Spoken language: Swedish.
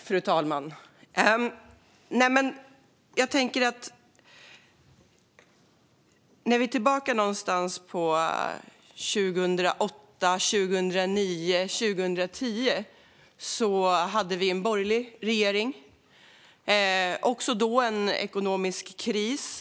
Fru talman! Under åren 2008-2010 hade vi en borgerlig regering. Också då hade vi en ekonomisk kris.